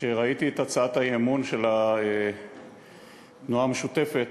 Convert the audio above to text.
כשראיתי את הצעת האי-אמון של הרשימה המשותפת